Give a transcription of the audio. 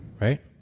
right